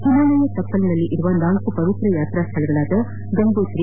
ಹಿಮಾಲಯದ ತಪ್ಪಲಿನಲ್ಲಿರುವ ನಾಲ್ಕು ಪವಿತ್ರ ಯಾತ್ರಾಸ್ಥಳಗಳಾದ ಗಂಗೋತ್ರಿ